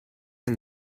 and